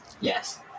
Yes